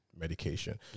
medication